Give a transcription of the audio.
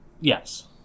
Yes